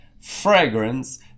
fragrance